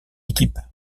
équipe